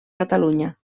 catalunya